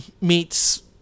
meets